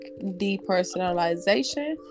Depersonalization